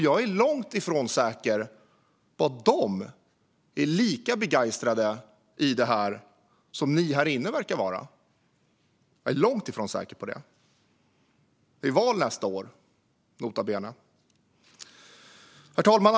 Jag är långt ifrån säker på att de är lika begeistrade över detta som ni här inne verkar vara. Jag är långt ifrån säker på det. Det är val nästa år, nota bene. Herr talman!